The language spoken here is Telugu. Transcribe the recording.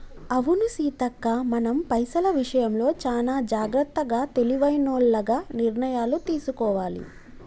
అవును సీతక్క మనం పైసల విషయంలో చానా జాగ్రత్తగా తెలివైనోల్లగ నిర్ణయాలు తీసుకోవాలి